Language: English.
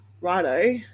righto